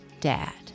dad